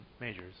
majors